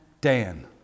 Dan